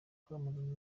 kwamaganwa